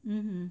mm